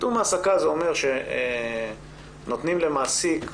קידום העסקה זה אומר שנותנים למעסיק,